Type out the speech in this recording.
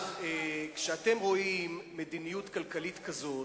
כשאתם רואים מדיניות כלכלית כזאת,